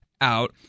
out